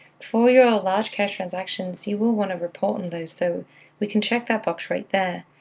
for your large cash transactions, you will want to report and those, so we can check that box right there,